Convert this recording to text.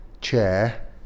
chair